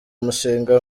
mushinga